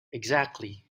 exactly